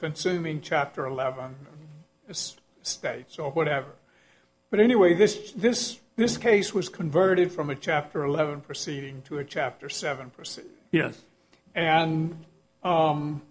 consuming chapter eleven as states or whatever but anyway this this this case was converted from a chapter eleven proceeding to a chapter seven percent yes and